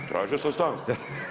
Tražio sam stanku.